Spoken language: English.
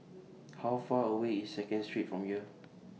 How Far away IS Second Street from here